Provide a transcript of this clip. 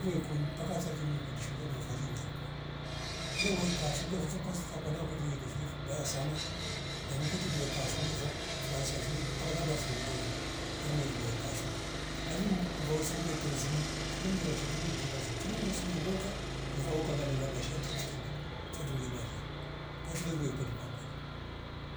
Vuwe ikuni paka salilu liwilwi kundishuli lwavari mlekwa ule waika shule vuto kwa sakwana kanwa kutingiti shule vibaya sana nani mkwete kule kashule vo kwa anzisha shule mpaka labda firi mdoli lomli limaika shule ngavi mvo sengwete uzima shule mvewra shandu nduchera sama sharandu suma woka kava woka kanera mashati extended fondu nduze maria kwa shule luwe kweti kwakweli